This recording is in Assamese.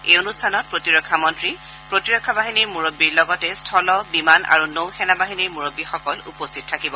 এই অনুষ্ঠানত প্ৰতিৰক্ষা মন্ত্ৰী প্ৰতিৰক্ষা বাহিনীৰ মুৰববীৰ লগতে স্থল বিমান আৰু নৌ সেনাবাহিনীৰ মূৰববীসকল উপস্থিত থাকিব